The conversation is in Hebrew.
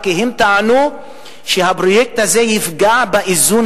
הם טענו שהפרויקט הזה יפגע באיזון